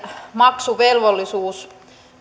maksuvelvollisuus